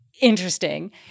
interesting